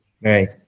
Right